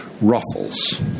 Ruffles